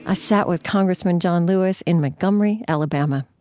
ah sat with congressman john lewis in montgomery, alabama